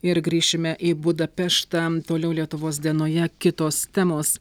ir grįšime į budapeštą toliau lietuvos dienoje kitos temos